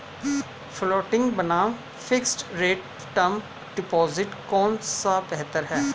Floating बनाम fixed rate term deposit कौन सा बेहतर है?